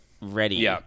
ready